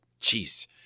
jeez